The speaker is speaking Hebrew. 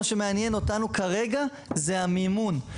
מה שמעניין אותנו כרגע הוא המימון,